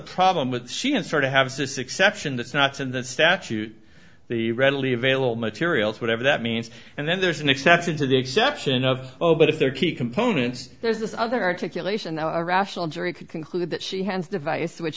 problem with she and sort of have this exception that's not in the statute the readily available materials whatever that means and then there's an exception to the exception of oh but if there are key components there's this other articulation rational jury could conclude that she has device which